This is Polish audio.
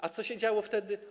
A co się działo wtedy?